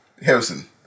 Harrison